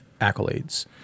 accolades